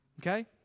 Okay